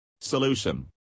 Solution